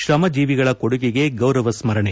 ಶ್ರಮ ಜೀವಿಗಳ ಕೊಡುಗೆಗೆ ಗೌರವ ಸ್ಗರಣೆ